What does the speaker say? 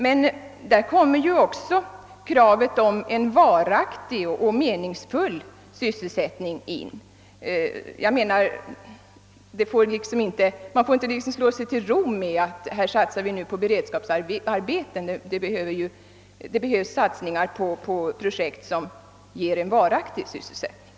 Här kommer emellertid också kravet på en varaktig och meningsfull sysselsättning in i bilden. Vi får inte slå oss till ro med att vi satsar på beredskapsarbeten — vi måste också satsa på projekt som ger en varaktig sysselsättning.